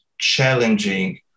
challenging